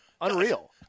Unreal